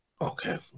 Okay